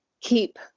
keep